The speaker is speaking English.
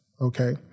okay